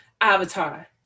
Avatar